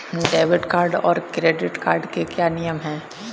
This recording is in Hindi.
डेबिट कार्ड और क्रेडिट कार्ड के क्या क्या नियम हैं?